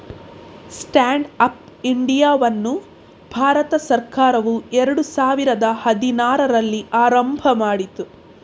stand up ಇಂಡಿಯಾವನ್ನು ಭಾರತ ಸರ್ಕಾರವು ಎರಡು ಸಾವಿರದ ಹದಿನಾರರಲ್ಲಿ ಆರಂಭ ಮಾಡಿತು